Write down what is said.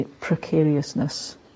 precariousness